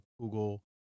Google